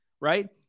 right